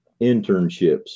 internships